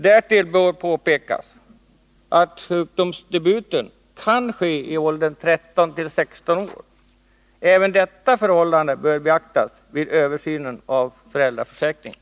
Därtill bör påpekas att sjukdomsdebuten kan ske i åldern 13-16 år. Även detta förhållande bör beaktas vid översynen av föräldraförsäkringen.